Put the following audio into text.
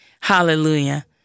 hallelujah